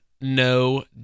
no